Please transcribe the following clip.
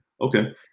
Okay